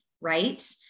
right